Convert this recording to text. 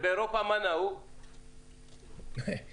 מה נהוג באירופה?